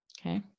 Okay